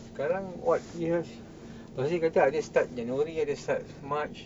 sekarang what we hear lepas tu ada kata start january ada start march what you have to start you know much ya okay the thing is